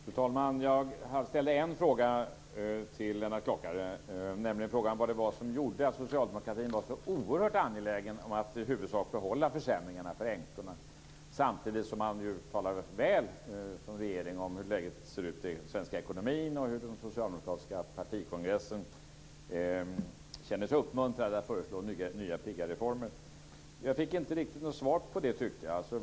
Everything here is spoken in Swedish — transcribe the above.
Fru talman! Jag ställde en fråga till Lennart Klockare, nämligen frågan om vad det var som gjorde att socialdemokratin var så oerhört angelägen om att i huvudsak behålla försämringarna för änkorna. Samtidigt talar man ju väl som regering om hur läget ser ut i den svenska ekonomin och hur den socialdemokratiska partikongressen känner sig uppmuntrad att föreslå nya pigga reformer. Jag fick inte riktigt något svar på det, tyckte jag.